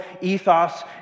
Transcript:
ethos